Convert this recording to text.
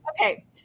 Okay